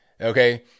okay